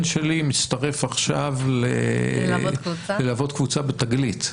שלי מצטרף עכשיו ללוות קבוצה ב'תגלית',